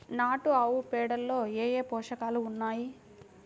నాటు ఆవుపేడలో ఏ ఏ పోషకాలు ఉన్నాయి?